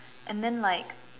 and then like